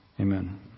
Amen